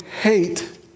hate